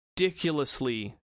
ridiculously